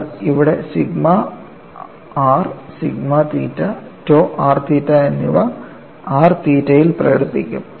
എന്നാൽ ഇവിടെ sigma r sigma theta tau r theta എന്നിവ r തീറ്റ യിൽ പ്രകടിപ്പിക്കും